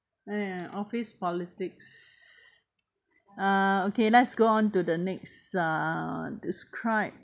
ya office politics uh okay let's go on to the next uh describe